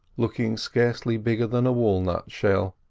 looking scarcely bigger than a walnut shell.